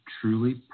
truly